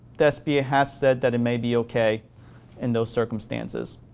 the sba has said that it may be okay in those circumstances.